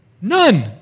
none